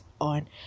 on